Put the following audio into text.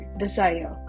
desire